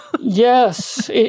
Yes